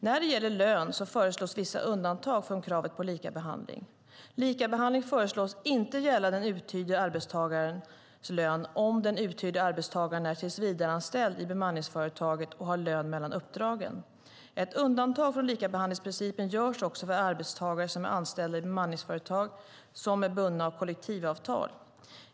När det gäller lön föreslås vissa undantag från kravet på likabehandling. Likabehandling föreslås inte gälla den uthyrde arbetstagarens lön om den uthyrde arbetstagaren är tillsvidareanställd i bemanningsföretaget och har lön mellan uppdragen. Ett undantag från likabehandlingsprincipen görs också för arbetstagare som är anställda i bemanningsföretag som är bundna av kollektivavtal.